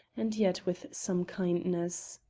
and yet with some kindness